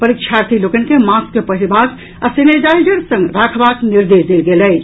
परीक्षार्थी लोकनि के मास्क पहिरबाक आ सेनेटाईजर संग राखबाक निर्देश देल गेल अछि